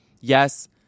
yes